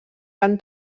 van